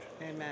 Amen